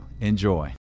Enjoy